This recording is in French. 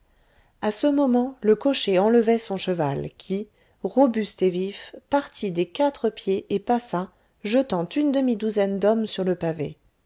a ce moment le cocher enlevait son cheval qui robuste et vif partit des quatre pieds et passa jetant une demi-douzaine d'hommes sur le pavé